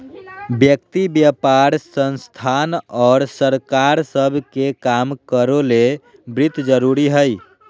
व्यक्ति व्यापार संस्थान और सरकार सब के काम करो ले वित्त जरूरी हइ